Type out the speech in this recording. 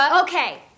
Okay